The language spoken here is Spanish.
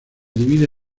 divide